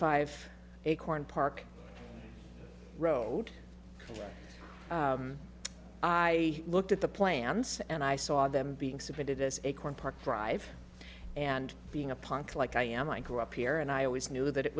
five acorn park wrote i looked at the plans and i saw them being submitted as acorn park drive and being a punk like i am i grew up here and i always knew that it